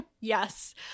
Yes